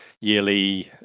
yearly